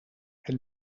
het